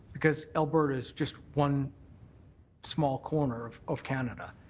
because alberta's just one small corner of of canada.